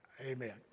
Amen